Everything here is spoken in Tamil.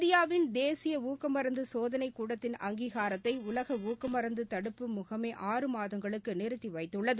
இந்தியாவின் தேசியஊக்கமருந்துசோதனைக் கூடத்தின் அங்கீகாரத்தைஉலகஊக்கமருந்துதடுப்பு முகமை ஆறு மாதங்களுக்குநிறுத்திவைத்துள்ளது